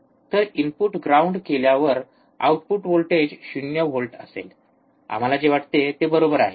तर input ground केल्यावर output voltage 0 volt असेल आम्हाला जे वाटते ते बरोबर आहे